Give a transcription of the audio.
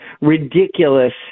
ridiculous